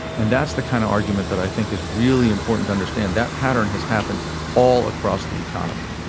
and that's the kind of argument that i think is really important to understand that pattern has happened all across the economy.